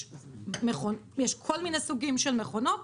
יש כל מיני סוגים של מכונות